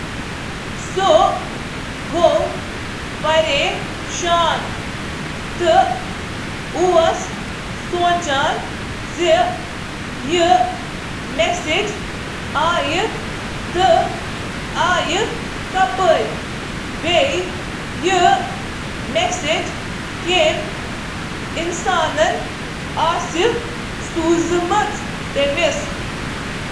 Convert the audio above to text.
سُہ گوٚو پریشان ۔ تہٕ سوٗنٛچُن زِ کٔمۍ چھُ مساج سوزمُت؟ یٕہ کُس چُھ?